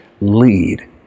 lead